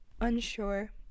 unsure